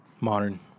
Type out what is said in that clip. Modern